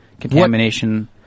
contamination